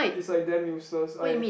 it's like damn useless I